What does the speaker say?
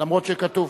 אף שכתוב,